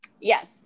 Yes